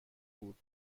بود